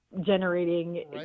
generating